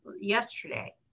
yesterday